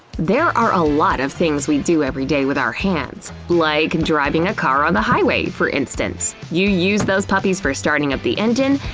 there are ah lots of things we do every day with our hands. like and driving a car on the highway, for instance. you use those puppies for starting up the engine,